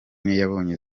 yabonye